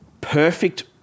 perfect